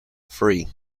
free